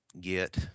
get